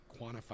quantify